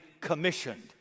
commissioned